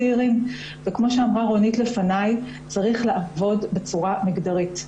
כמו שאמרה רונית לפניי, צריך לעבוד בצורה מגדרית.